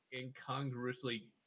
incongruously